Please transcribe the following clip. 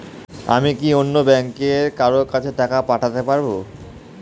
আমি কি অন্য ব্যাংকের কারো কাছে টাকা পাঠাতে পারেব?